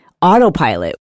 autopilot